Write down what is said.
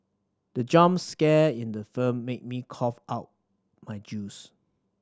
the jump scare in the film made me cough out my juice